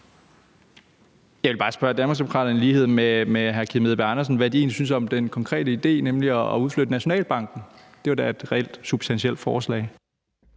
Andersen bare spørge Danmarksdemokraterne, hvad de egentlig synes om den konkrete idé at udflytte Nationalbanken. Det var da et reelt, substantielt forslag.